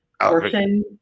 portion